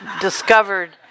discovered